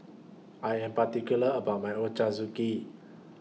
I Am particular about My Ochazuke